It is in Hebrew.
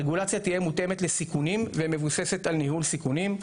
הרגולציה תהיה מותאמת לסיכונים ומבוססת על ניהול סיכונים.